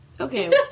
Okay